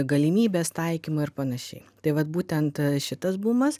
galimybės taikymo ir panašiai tai vat būtent šitas bumas